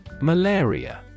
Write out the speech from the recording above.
malaria